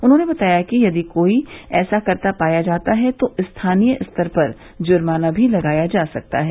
उन्होंने बताया कि यदि कोई ऐसा करता पाया जाता है तो स्थानीय स्तर पर जुर्माना भी लगाया जा सकता है